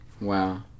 Wow